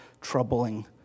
troubling